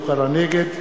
נגד